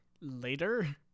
later